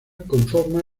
conforma